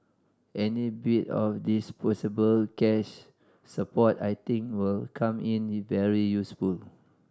any bit of disposable cash support I think will come in very useful